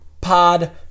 Pod